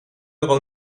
euro